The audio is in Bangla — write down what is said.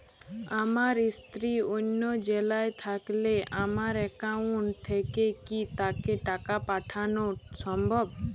আমার স্ত্রী অন্য জেলায় থাকলে আমার অ্যাকাউন্ট থেকে কি তাকে টাকা পাঠানো সম্ভব?